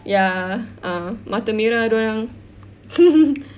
ya ah mata merah ah dia orang